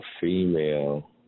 female